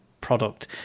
product